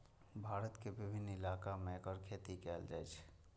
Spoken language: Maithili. भारत के विभिन्न इलाका मे एकर खेती कैल जाइ छै